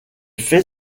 fait